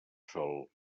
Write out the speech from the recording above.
sol